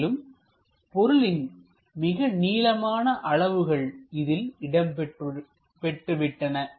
மேலும் பொருளின் மிக நீளமான அளவுகள் இதில் இடம் பெற்றுவிட்டன